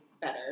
better